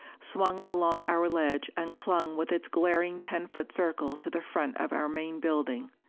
swung along our ledge and clung with its glaring ten foot circle to the front of our main building.